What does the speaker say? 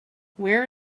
where